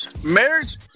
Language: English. Marriage